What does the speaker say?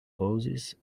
poses